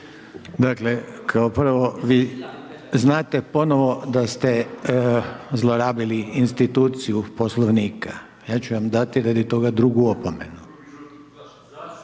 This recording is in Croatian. Dakle, kao prvo vi znate ponovo da ste zlorabili instituciju Poslovnika, ja ću vam dati radi toga drugu opomenu.